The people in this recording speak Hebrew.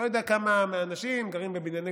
אני לא יודע כמה מהאנשים גרים בבנייני